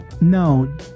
no